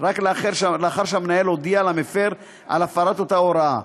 רק לאחר שהמנהל הודיע למפר על הפרת אותה הוראה.